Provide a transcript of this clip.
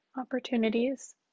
opportunities